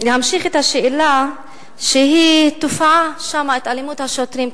להמשיך את השאלה שהיא תופעה שם, אלימות השוטרים.